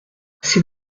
c’est